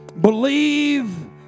Believe